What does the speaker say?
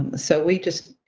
um so we just